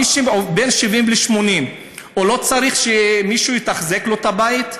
מי שבן 70 ל-80 לא צריך שמישהו יתחזק לו את הבית?